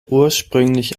ursprünglich